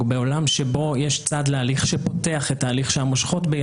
בעולם שבו יש צד להליך שפותח את ההליך,